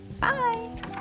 Bye